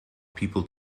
people